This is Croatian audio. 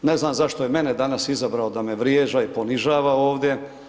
Ne znam zašto je mene danas izabrao da me vrijeđa i ponižava ovdje.